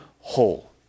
whole